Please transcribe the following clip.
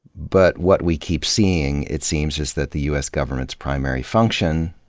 but what we keep seeing, it seems, is that the u s. government's primary function,